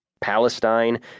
Palestine